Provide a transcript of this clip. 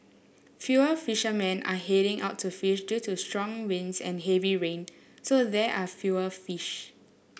fewer fishermen are heading out to fish due to strong winds and heavy rain so there are fewer fish